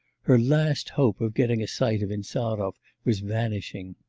her last hope of getting a sight of insarov was vanishing.